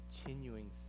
continuing